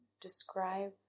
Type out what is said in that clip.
describe